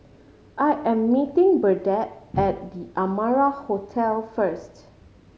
I am meeting Burdette at The Amara Hotel first